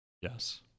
Yes